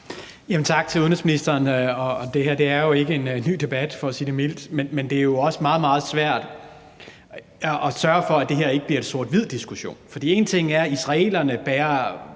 Tak til udenrigsministeren. Det her er jo ikke en ny debat, for at sige det mildt, men det er også meget, meget svært at sørge for, at det her ikke bliver en sort-hvid diskussion. For én ting er, at israelerne bærer